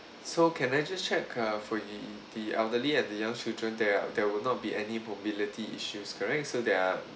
so can I just check uh for the the elderly and the young children there there will not be any mobility issues correct so they are